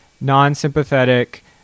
non-sympathetic